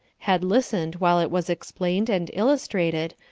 had listened while it was explained and illustrated,